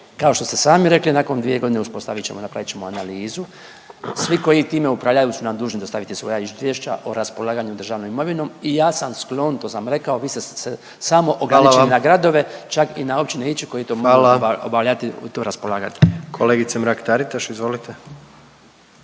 Kao što ste sami rekli nakon 2.g. uspostavit ćemo i napravit ćemo analizu. Svi koji time upravljaju su nam dužni dostaviti svoja izvješća o raspolaganju državnom imovinom i ja sam sklon, to sam rekao, vi ste se samo …/Upadica predsjednik: Hvala vam./…ograničili na gradove, čak i na općine